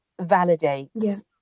validates